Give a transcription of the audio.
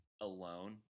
alone